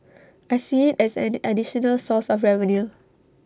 I see as an additional source of revenue